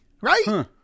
right